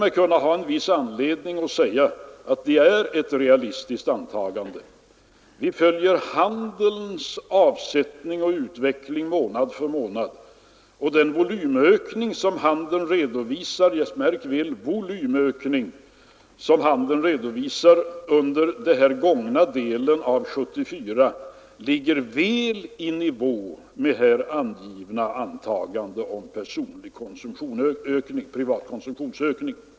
Jag tror mig ha viss anledning säga att det är ett realistiskt antagande. Vi följer handelns avsättning och utveckling månad för månad, och den volymökning som handeln redovisar — märk väl volymökning — under den gångna delen av 1974 ligger väl i nivå med här angivna antagande om privat konsumtionsökning.